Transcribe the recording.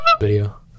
video